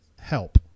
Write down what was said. help